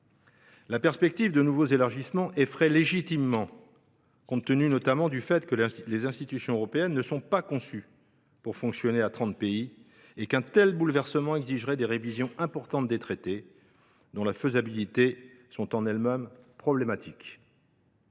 La perspective de nouveaux élargissements effraie légitimement, compte tenu notamment du fait que les institutions européennes ne sont pas conçues pour fonctionner à trente pays et qu’un tel bouleversement exigerait des révisions importantes des traités, dont la faisabilité est en elle même problématique.